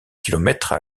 kilomètres